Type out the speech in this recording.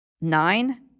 Nine